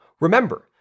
Remember